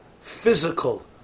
physical